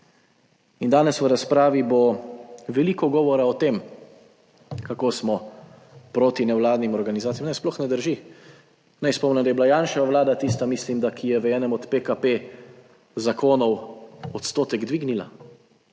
In danes v razpravi bo veliko govora o tem, kako smo proti nevladnim organizacijam. Ne sploh ne drži, na spomnim, da je bila Janševa vlada tista, mislim, da, ki je v enem od PKP zakonov odstotek dvignila,